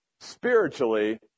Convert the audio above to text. spiritually